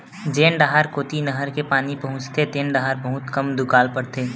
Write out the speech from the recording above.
जेन डाहर कोती नहर के पानी पहुचथे तेन डाहर बहुते कम दुकाल परथे